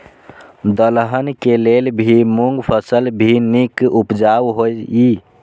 दलहन के लेल भी मूँग फसल भी नीक उपजाऊ होय ईय?